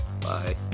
Bye